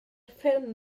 ffilm